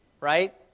right